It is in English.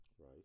Right